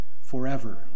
forever